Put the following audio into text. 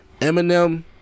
Eminem